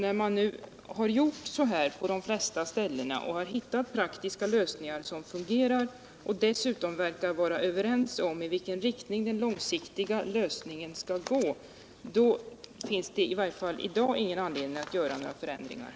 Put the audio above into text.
När man nu har gjort så här i många kommuner, när man har hittat praktiska lösningar som fungerar och dessutom verkar vara överens om i vilken riktning den långsiktiga lösningen skall gå, finns i varje fall i dag ingen anledning att ändra några regler.